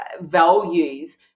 values